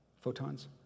photons